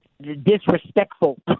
Disrespectful